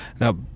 now